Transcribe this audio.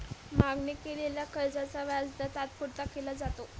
मागणी केलेल्या कर्जाचा व्याजदर तात्पुरता केला जातो